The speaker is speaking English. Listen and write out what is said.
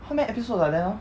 后面 episodes like that lor